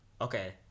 okay